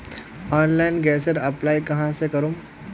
Online गैसेर apply कहाँ से करूम?